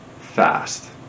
fast